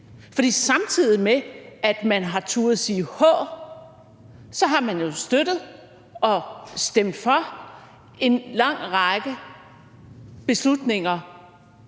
For samtidig med at man har turdet bruge h-ordet, har man jo støttet og stemt for en lang række beslutninger